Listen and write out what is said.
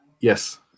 Yes